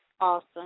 Awesome